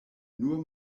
nur